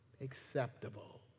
acceptable